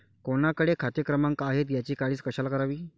कोणाकडे खाते क्रमांक आहेत याची काळजी कशाला करावी